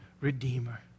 redeemer